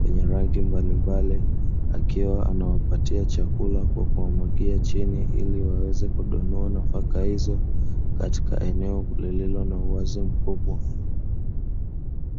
wenye rangi mbalimbali akiwa anawapatia chakula kwa kuwamwagia chini ili waweze kudonoa nafaka hizo katika eneo lililo na uwazi mkubwa.